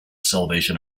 salvation